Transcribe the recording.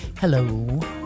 Hello